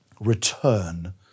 Return